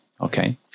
Okay